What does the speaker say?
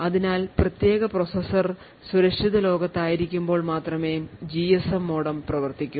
അതിനാൽ പ്രധാന പ്രോസസർ സുരക്ഷിത ലോകത്ത് ആയിരിക്കുമ്പോൾ മാത്രമേ ജിഎസ്എം മോഡം പ്രവർത്തിക്കൂ